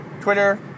Twitter